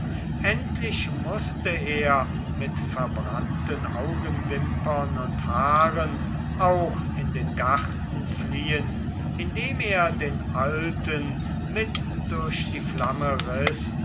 endlich mußte er mit verbrannten augenwimpern und haaren auch in den garten fliehen indem er den alten mit durch die flamme riß